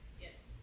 Yes